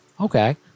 okay